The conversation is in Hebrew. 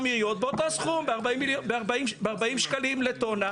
באותו סכום, ב-40 שקלים לטונה.